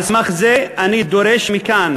על סמך זה אני דורש מכאן